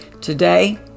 today